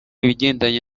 ibigendanye